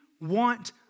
want